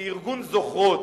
כי ארגון "זוכרות",